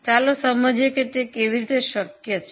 ચાલો સમજીએ કે તે કેવી રીતે શક્ય છે